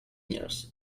years